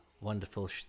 wonderful